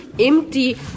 empty